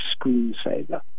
screensaver